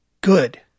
good